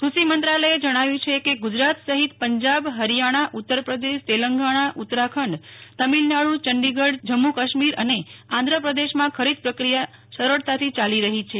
કૃષિમંત્રાલયે જણાવ્યુ છે કે ગુ જરાત સહિત પંજાબ હરીયાણાઉત્તરપ્રદેશતેલગણાં ઉત્તરાખંડતમિલનાડુચંદીગઢજમ્મુ કાશ્મીર અને આંધ્રપ્રદેશમાં ખરીદ પ્રક્રિયા સરળતાથી યાલી રહી છે